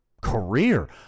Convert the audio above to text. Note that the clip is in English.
career